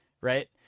Right